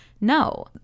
No